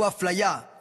הוא אפליה,